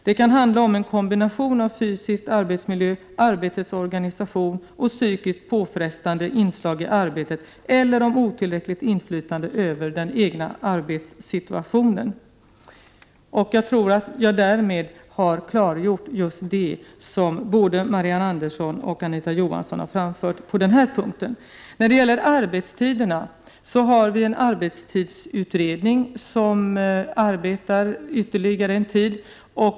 Det kan handla om en kombination av fysisk arbetsmiljö, arbetets organisation och psykiskt påfrestande inslag i arbetet eller om otillräckligt inflytande över den egna arbetssituationen. Jag tror att jag därmed har besvarat just det som både Marianne Andersson och Anita Johansson framfört på den punkten. När det gäller arbetstiderna har vi en arbetstidsutredning som arbetar ytterligare en tid.